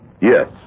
Yes